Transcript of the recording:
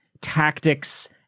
tactics